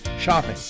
shopping